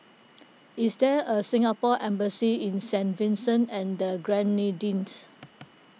is there a Singapore Embassy in Saint Vincent and the Grenadines